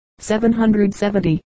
770